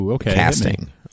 casting